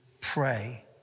pray